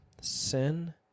Sin